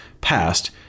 passed